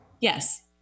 Yes